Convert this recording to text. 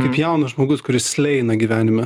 kaip jaunas žmogus kuris sleijina gyvenime